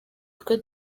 twe